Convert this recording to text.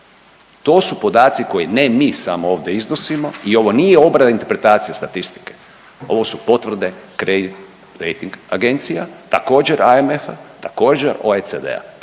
To su podaci koje, ne mi samo ovdje iznosimo i ovo nije obrada interpretacije statistike, ovo su potvrde kreditni rejting agencija, također, AMF-a, također EOCD-a,